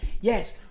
Yes